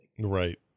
Right